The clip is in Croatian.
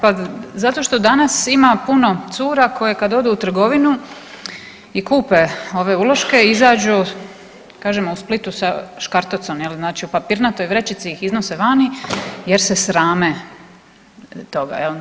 Pa zato što danas ima puno cura koje kada odu u trgovinu i kupe ove uloške i izađu, kažemo u Splitu sa škartocom, znači u papirnatoj vrećici ih iznose vani jer se srame toga.